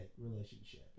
relationship